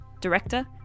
Director